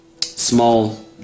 small